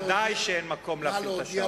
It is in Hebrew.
ודאי שאין מקום להפעיל את השעון.